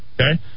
Okay